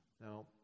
Now